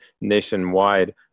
nationwide